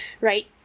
right